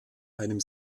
einem